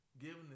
Given